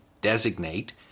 designate